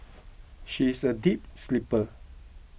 she is a deep sleeper